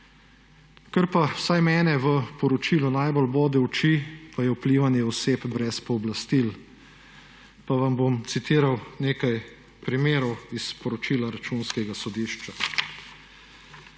Kar pa vsaj mene v poročilu najbolj bode v oči, pa je vplivanje oseb brez pooblastil. Pa vam bom citiral nekaj primerov iz poročila Računskega sodišča.